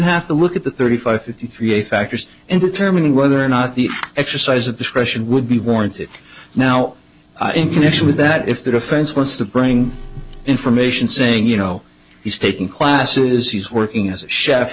have to look at the thirty five fifty three a factors in determining whether or not the exercise of discretion would be warranted now in connection with that if the defense wants to bring information saying you know he's taking classes he's working as a chef